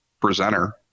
presenter